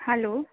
hello